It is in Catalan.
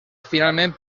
finalment